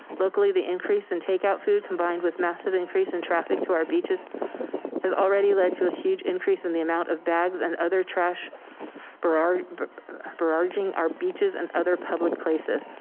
locally, the increase in and takeout food combined with massive increase in traffic to our beaches has already led to a huge increase in the amount of bags and other trash barraging but barraging our beaches and other public places.